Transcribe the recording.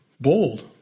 bold